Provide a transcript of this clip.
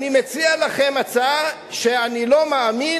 אני מציע לכם הצעה שאני לא מאמין,